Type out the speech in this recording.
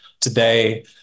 today